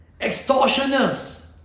extortioners